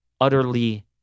Utterly